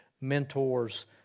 mentors